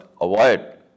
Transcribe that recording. avoid